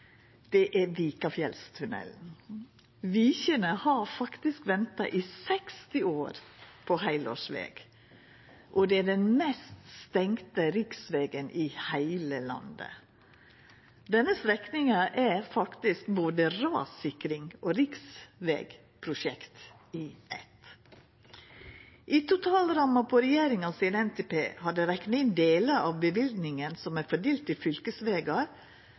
er Vikafjellstunnelen. Vikjene har faktisk venta i 60 år på heilårsveg, og det er den mest stengde riksvegen i heile landet. Denne strekninga er faktisk både rassikrings- og riksvegprosjekt i eitt. I totalramma for regjeringa sin NTP har dei rekna inn delar av løyvinga som er fordelt til fylkesvegar